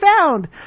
found